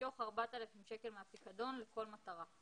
למשוך 4,000 שקל מהפיקדון לכל מטרה.